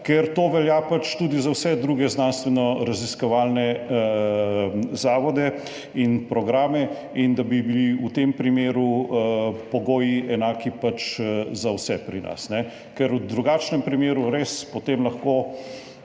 ker to velja tudi za vse druge znanstvenoraziskovalne zavode in programe, in da bi bili v tem primeru pogoji enaki za vse pri nas. Ker v drugačnem primeru bi res potem lahko